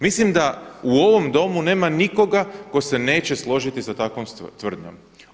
Mislim da u ovom domu nema nikoga tko se neće složiti s takvom tvrdnjom.